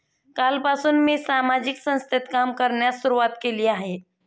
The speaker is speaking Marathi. कालपासून मी सामाजिक संस्थेत काम करण्यास सुरुवात केली आहे